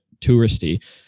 touristy